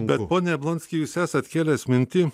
bet pone jablonski jūs esat kėlęs mintį